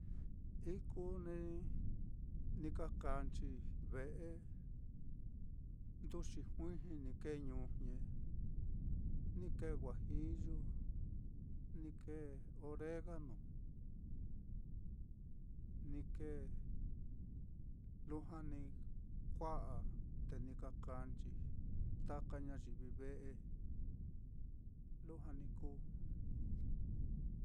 Iku ni ka kaanchi ve'e nduxi juiji ni kēē ñujñe, ni kēē juajiyu, ni kēē oregano ni kēē, lujua ni kua'a, te ni ka kaanchi taka ñayivi ve'e, lujua ni kuu.